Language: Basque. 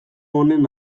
honen